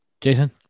Jason